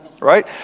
right